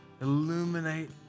illuminate